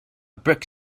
brick